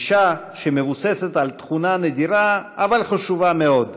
גישה שמבוססת על תכונה נדירה אבל חשובה מאוד,